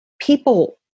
people